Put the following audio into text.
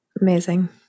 Amazing